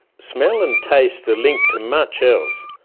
smell and taste are linked to much else.